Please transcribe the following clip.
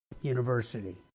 University